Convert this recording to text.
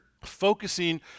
focusing